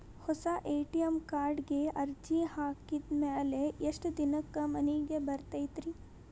ಹೊಸಾ ಎ.ಟಿ.ಎಂ ಕಾರ್ಡಿಗೆ ಅರ್ಜಿ ಹಾಕಿದ್ ಮ್ಯಾಲೆ ಎಷ್ಟ ದಿನಕ್ಕ್ ಮನಿಗೆ ಬರತೈತ್ರಿ?